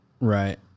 Right